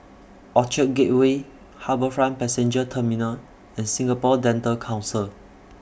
Orchard Gateway HarbourFront Passenger Terminal and Singapore Dental Council